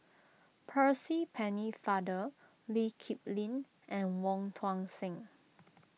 Percy Pennefather Lee Kip Lin and Wong Tuang Seng